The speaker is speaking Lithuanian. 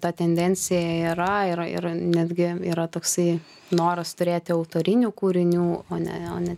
ta tendencija yra yra ir netgi yra toksai noras turėti autorinių kūrinių o ne o ne